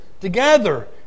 together